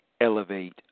elevate